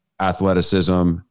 athleticism